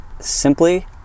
simply